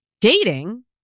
dating